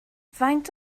faint